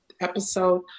episode